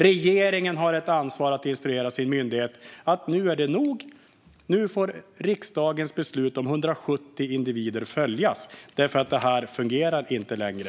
Regeringen har ett ansvar för att instruera sin myndighet att nu får det vara nog och nu ska riksdagens beslut om 170 individer följas eftersom detta inte fungerar längre.